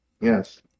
Yes